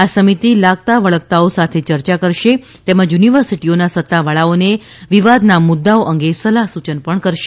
આ સમિતિ લાગતા વળગતાઓ સાથે ચર્ચા કરશે તેમજ યુનિવર્સિટિઓના સત્તાવાળાઓને વિવાદના મુદ્દાઓ અંગે સલાહ સૂચન પણ કરશે